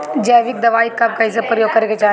जैविक दवाई कब कैसे प्रयोग करे के चाही?